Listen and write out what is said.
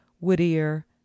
Whittier